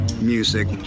music